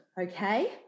okay